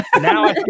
Now